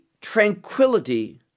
tranquility